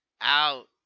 out